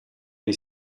dei